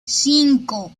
cinco